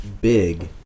big